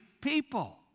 people